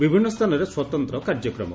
ବିଭିନ୍ ସ୍ନାନରେ ସ୍ୱତନ୍ତ କାର୍ଯ୍ୟକ୍ରମ